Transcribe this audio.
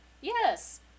yes